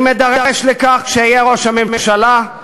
אם אדרש לכך כשאהיה ראש הממשלה,